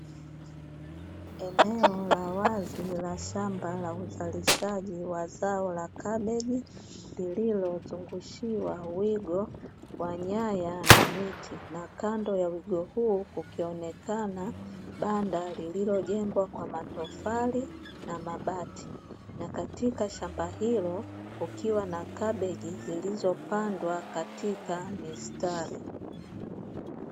Eneo la wazi la shamba la uzalishaji wa zao la kabeji lililozungushiwa wigo wa nyaya na miti, na kando ya wigo huo kukionekana banda lililojengwa kwa matofali na mabati na katika shamba hilo kukiwa na kabeji zilizopandwa katika mistari.